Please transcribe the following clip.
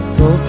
go